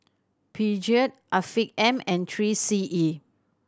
Peugeot Afiq M and Three C E